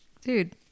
dude